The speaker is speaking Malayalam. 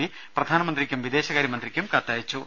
പി പ്രധാനമ ന്ത്രിക്കും വിദേശകാര്യമന്ത്രിക്കും കത്തയച്ചു